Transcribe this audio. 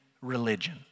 religion